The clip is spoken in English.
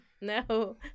No